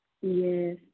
Yes